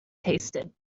tasted